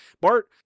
Bart